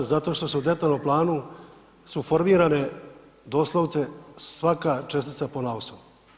Zato što se u detaljnom planu, su formirane doslovce svaka čestica ponaosob.